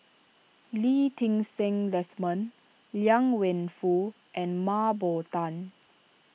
Lee Ti Seng Desmond Liang Wenfu and Mah Bow Tan